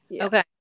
okay